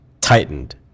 tightened